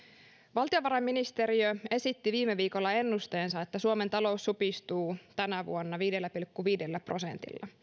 valtiovarainministeriö esitti viime viikolla ennusteensa että suomen talous supistuu tänä vuonna viidellä pilkku viidellä prosentilla